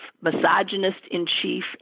misogynist-in-chief